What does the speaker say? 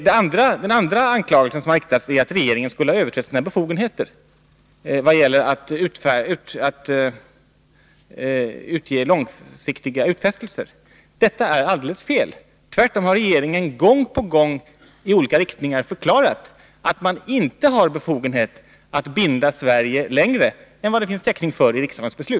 Den andra anklagelsen är att regeringen skulle ha överträtt sina befogenheter vad gäller att utge långsiktiga utfästelser. Detta är helt fel. Tvärtom har regeringen gång på gång i olika riktningar förklarat att man inte har befogenhet att binda Sverige längre än vad det finns täckning för i riksdagens beslut.